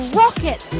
rocket